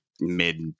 mid